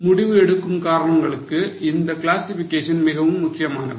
முடிவு எடுக்கும் காரணங்களுக்கு இந்த classifications மிகவும் முக்கியமானவை